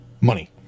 money